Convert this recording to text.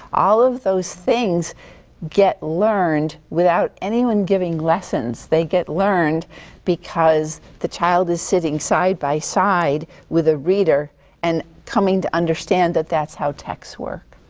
all of those things get learned without anyone giving lessons. they get learned because the child is sitting side by side with a reader and coming to understand that that's how texts work.